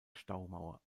staumauer